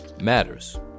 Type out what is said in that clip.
matters